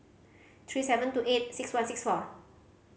three seven two eight six one six four